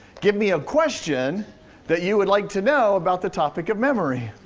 give me a question that you would like to know about the topic of memory.